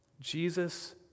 Jesus